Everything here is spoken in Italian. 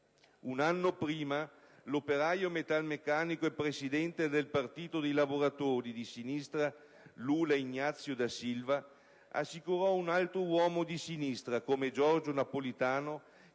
Un anno prima, l'operaio metalmeccanico e presidente del Partito dei lavoratori di sinistra, Luiza Inácio Lula da Silva, assicurò a un altro uomo di sinistra, come Giorgio Napolitano,